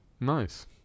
Nice